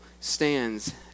stands